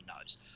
knows